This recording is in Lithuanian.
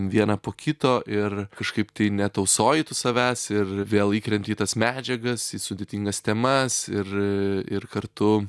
vieną po kito ir kažkaip tai netausoji tu savęs ir vėl įkrenti į tas medžiagas į sudėtingas temas ir ir kartu